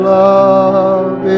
love